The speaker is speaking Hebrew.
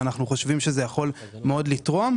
ואנחנו חושבים שזה יכול לתרום מאוד,